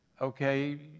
okay